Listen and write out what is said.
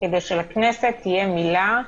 כדי שלכנסת תהיה מילה,